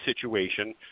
situation